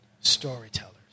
storytellers